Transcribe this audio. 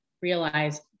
realize